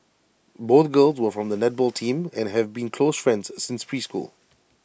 both girls were from the netball team and have been close friends since preschool